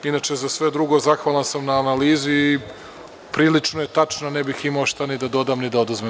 Inače, za sve drugo, zahvalan sam na analizi i prilično je tačna, i ne bih imao šta da dodam ni da oduzmem.